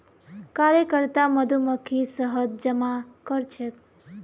कार्यकर्ता मधुमक्खी शहद जमा करछेक